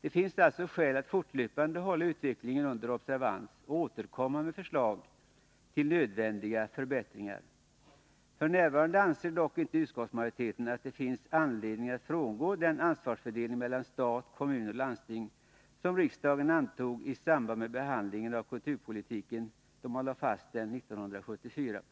Det finns alltså skäl att fortlöpande hålla utvecklingen under observans och återkomma med förslag till nödvändiga förbättringar. F.n. anser dock inte utskottsmajoriteten att det finns anledning frångå den ansvarsfördelning mellan stat, kommun och landsting, som riksdagen antog då man lade fast kulturpolitiken 1974.